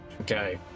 Okay